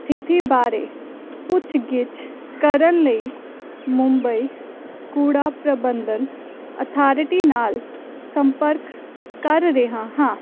ਸਥਿਤੀ ਬਾਰੇ ਪੁੱਛਗਿਛ ਕਰਨ ਲਈ ਮੁੰਬਈ ਕੂੜਾ ਪ੍ਰਬੰਧਨ ਅਥਾਰਟੀ ਨਾਲ ਸੰਪਰਕ ਕਰ ਰਿਹਾ ਹਾਂ